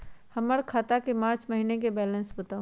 हमर खाता के मार्च महीने के बैलेंस के बताऊ?